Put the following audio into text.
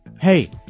Hey